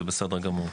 זה בסדר גמור.